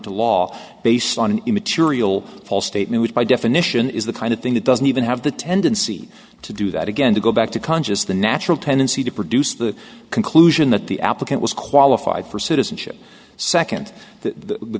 to law based on an immaterial false statement which by definition is the kind of thing that doesn't even have the tendency to do that again to go back to conscious the natural tendency to produce the conclusion that the applicant was qualified for citizenship second the